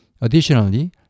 Additionally